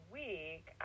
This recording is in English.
week